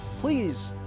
please